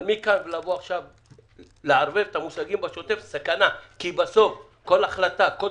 אבל לא לערבב את המושגים בשוטף כי זו סכנה אם בסוף כל החלטה וכל